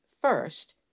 first